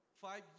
five